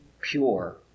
pure